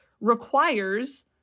requires